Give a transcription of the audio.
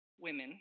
women